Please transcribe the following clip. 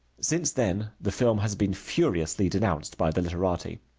since then the film has been furiously denounced by the literati.